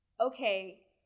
okay